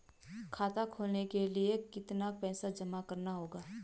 खाता खोलने के लिये कितना पैसा जमा करना होगा?